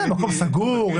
זה מקום סגור,